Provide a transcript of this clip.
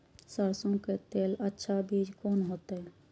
सरसों के लेल अच्छा बीज कोन होते?